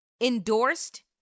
endorsed